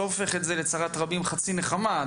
לא הופך את זה לצרת רבים חצי נחמה.